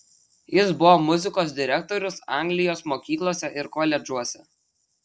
jis buvo muzikos direktorius anglijos mokyklose ir koledžuose